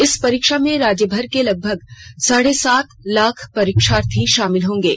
इस परीक्षा में राज्यभर के लगभग साढ़े सात लाख परीक्षार्थी शामिल होंगे